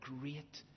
great